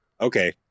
Okay